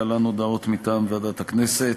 להלן הודעות מטעם ועדת הכנסת: